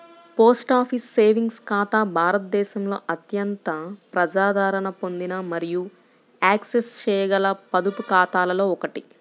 post office savings ఖాతా భారతదేశంలో అత్యంత ప్రజాదరణ పొందిన మరియు యాక్సెస్ చేయగల పొదుపు ఖాతాలలో ఒకటి